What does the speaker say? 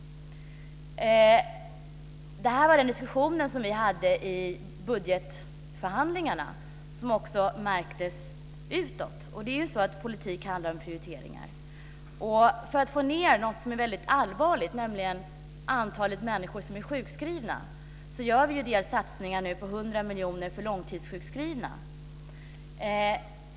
Det här var den diskussion vi hade i budgetförhandlingarna som också märktes utåt. Det är ju så: Politik handlar om prioriteringar. För att få ned något som är väldigt allvarligt, nämligen antalet människor som är sjukskrivna, gör vi nu satsningar på 100 miljoner för långtidssjukskrivna.